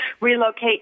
relocate